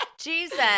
Jesus